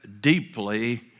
deeply